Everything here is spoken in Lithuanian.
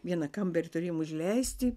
vieną kambarį turėjom užleisti